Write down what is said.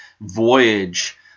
voyage